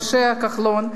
משה כחלון,